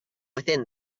within